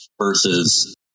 versus